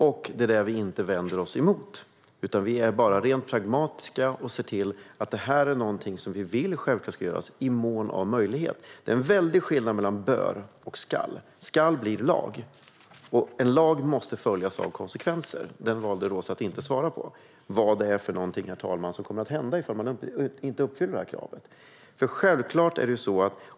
Herr talman! Det vänder vi oss inte emot. Vi är bara rent pragmatiska. Detta är självklart någonting som vi vill ska göras i mån av möjlighet. Det är en väldig skillnad mellan bör och ska. Ska blir lag, och en lag måste följas av konsekvenser. Roza valde att inte svara på vad som kommer att hända ifall man inte uppfyller detta krav, herr talman.